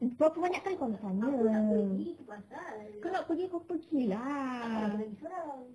berapa banyak kali kau nak tanya kau nak pergi kau pergi lah